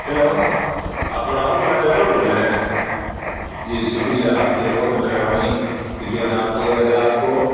hello آپ راہل بھائی driver بول رہے ہیں جی شکریہ آپ کی بہت مہربانی کہ جو نا آپ دو بجے رات کو